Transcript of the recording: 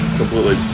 completely